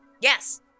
Yes